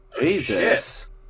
Jesus